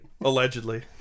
Allegedly